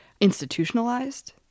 institutionalized